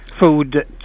Food